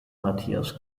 matthias